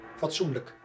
fatsoenlijk